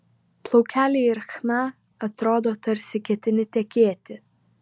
plaukeliai ir chna atrodo tarsi ketini tekėti